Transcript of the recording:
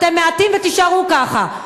אתם מעטים ותישארו ככה,